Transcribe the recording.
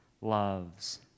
loves